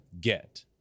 get